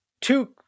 two